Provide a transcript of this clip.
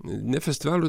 ne festivalį